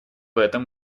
этом